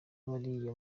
bariya